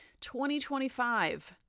2025